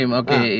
okay